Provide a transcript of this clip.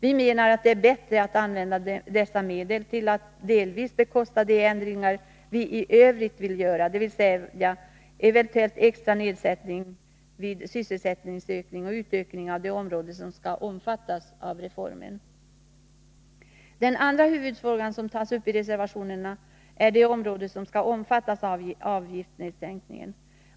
Vi menar att det är bättre att använda dessa medel till att delvis bekosta de ändringar vi i övrigt vill göra, dvs. eventuell extra nedsättning vid sysselsättningsökning och utökning av det område som skall omfattas av reformen. Den andra huvudfrågan som tas upp i reservationerna är vilket område som skall omfattas av avgiftsnedsättning.